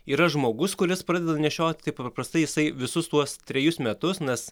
yra žmogus kuris pradeda nešioti tai paprastai jisai visus tuos trejus metus nes